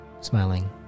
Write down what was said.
smiling